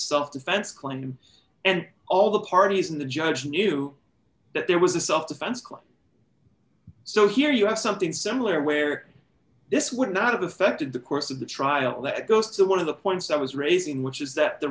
self defense claim and all the parties and the judge knew that there was a self defense claim so here you have something similar where this would not have affected the course of the trial that goes to one of the points i was raising which is that the